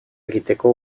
egiteko